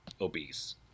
obese